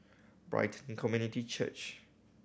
Brighton Community Church